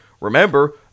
remember